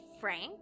frank